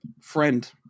Friend